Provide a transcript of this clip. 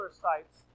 sites